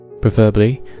preferably